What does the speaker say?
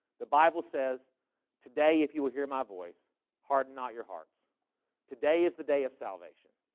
the bible says today. if you will hear my voice harden, not your hearts today is the day of salvation